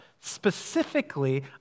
specifically